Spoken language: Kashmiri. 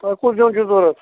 تۄہہِ کُس زیُن چھُو ضروٗرت